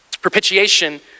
Propitiation